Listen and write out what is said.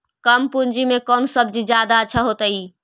कम पूंजी में कौन सब्ज़ी जादा अच्छा होतई?